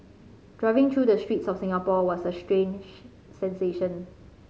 driving through the streets of Singapore was a strange sensation